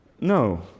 no